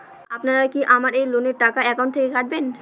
আপনারা কি আমার এই লোনের টাকাটা একাউন্ট থেকে কাটবেন?